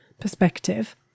perspective